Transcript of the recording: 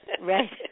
Right